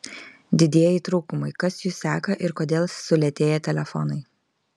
didieji trūkumai kas jus seka ir kodėl sulėtėja telefonai